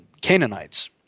Canaanites